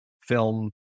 film